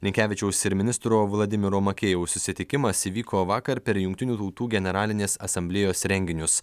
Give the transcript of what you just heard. linkevičiaus ir ministro vladimiro makėjaus susitikimas įvyko vakar per jungtinių tautų generalinės asamblėjos renginius